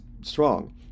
strong